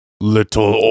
little